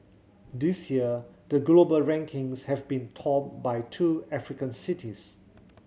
this year the global rankings have been topped by two African cities